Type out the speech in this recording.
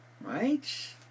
right